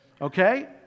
Okay